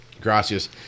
gracias